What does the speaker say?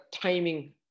timing